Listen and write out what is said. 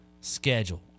schedule